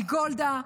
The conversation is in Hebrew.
מגולדה,